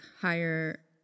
higher